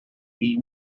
the